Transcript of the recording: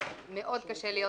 מאוד קשה להיות